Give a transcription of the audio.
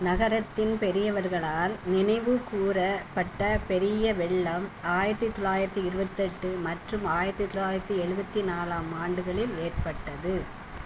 நகரத்தின் பெரியவர்களால் நினைவுகூரப்பட்ட பெரிய வெள்ளம் ஆயிரத்தி தொள்ளாயிரத்தி இருபத்தெட்டு மற்றும் ஆயிரத்தி தொள்ளாயிரத்தி எழுவத்தி நாலாம் ஆண்டுகளில் ஏற்பட்டது